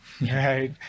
Right